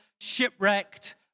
shipwrecked